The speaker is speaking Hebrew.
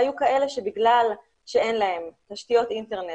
והיו כאלה שבגלל שאין להם תשתיות אינטרנט,